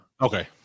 Okay